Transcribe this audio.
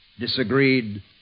disagreed